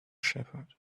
shepherd